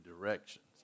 directions